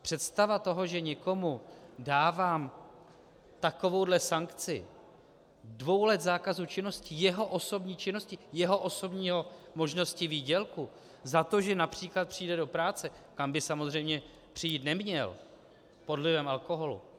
Představa toho, že někomu dávám takovouhle sankci dvou let zákazu činnosti, jeho osobní činnosti, jeho osobní možnosti výdělku, za to, že například přijde do práce kam by samozřejmě přijít neměl pod vlivem alkoholu.